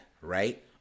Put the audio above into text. right